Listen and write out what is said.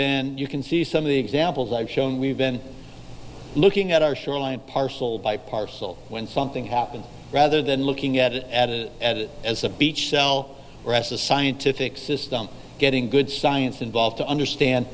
been you can see some of the examples i've shown we've been looking at our shoreline parcel by parcel when something happens rather than looking at it at it as a beach ressa scientific system getting good science involved to understand